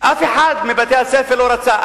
אף אחד מבתי-הספר לא רצה,